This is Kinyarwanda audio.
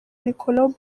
niccolo